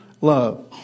love